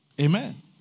Amen